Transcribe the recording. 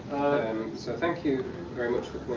um, so thank you very much